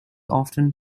often